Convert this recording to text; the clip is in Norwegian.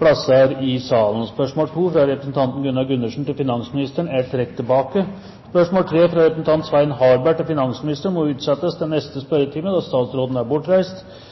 plasser i salen. De foreslåtte endringene i dagens spørretime foreslås godkjent. – Det anses vedtatt. Endringene var som følger: Spørsmål 2, fra representanten Gunnar Gundersen til finansministeren, er trukket tilbake. Spørsmål 3, fra representanten Svein Harberg til finansministeren, utsettes til neste spørretime, da statsråden er bortreist.